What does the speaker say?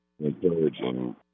encouraging